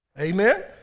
Amen